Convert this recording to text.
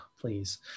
please